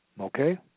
Okay